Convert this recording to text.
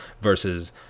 versus